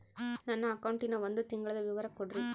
ನನ್ನ ಅಕೌಂಟಿನ ಒಂದು ತಿಂಗಳದ ವಿವರ ಕೊಡ್ರಿ?